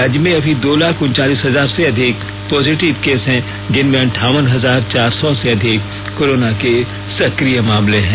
राज्य में अभी दो लाख उनचालीस हजार से अधिक पोजेटिव केस हैं जिनमें अंठावन हजार चार सौ से अधिक कोरोना के सक्रिय मामले हैं